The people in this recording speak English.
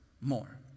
more